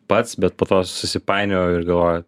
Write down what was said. pats bet po to susipainiojau ir galvoju